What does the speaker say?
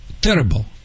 terrible